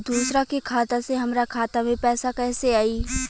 दूसरा के खाता से हमरा खाता में पैसा कैसे आई?